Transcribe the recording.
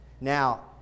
Now